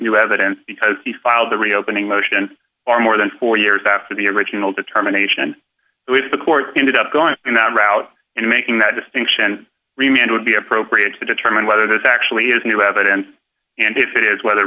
new evidence because he filed the reopening motion or more than four years after the original determination which the court ended up going that route and making that distinction remained would be appropriate to determine whether this actually is new evidence and if it is whether